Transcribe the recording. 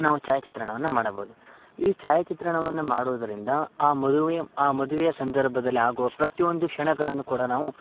ನಾವು ಛಾಯಾಚಿತ್ರಣವನ್ನು ಮಾಡಬೋದು ಈ ಛಾಯಾಚಿತ್ರಣವನ್ನು ಮಾಡುವುದರಿಂದ ಆ ಮದುವೆ ಆ ಮದುವೆಯ ಸಂದರ್ಭದಲ್ಲಿ ಆಗುವ ಪ್ರತಿಯೊಂದು ಕ್ಷಣಗಳನ್ನು ಕೂಡ ನಾವು